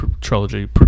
trilogy